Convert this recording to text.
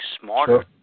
smarter